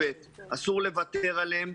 אלה אנשים שאין להם.